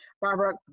Barbara